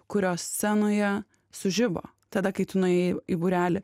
kurios scenoje sužibo tada kai tu nuėjai į būrelį